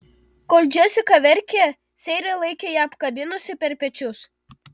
kol džesika verkė seira laikė ją apkabinusi per pečius